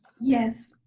yes,